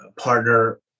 partner